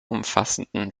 umfassenden